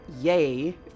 yay